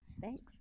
Thanks